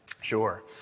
Sure